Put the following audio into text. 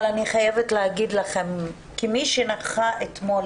אבל אני חייבת להגיד לכם כמי שנכחה אתמול